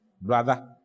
brother